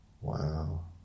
Wow